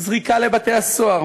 זריקה לבתי-סוהר,